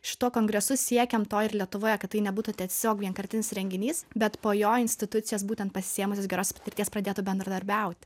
šituo kongresu siekiam to ir lietuvoje kad tai nebūtų tiesiog vienkartinis renginys bet po jo institucijos būtent pasiėmusios geros patirties pradėtų bendradarbiaut